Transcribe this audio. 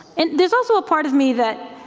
and there's also a part of me that,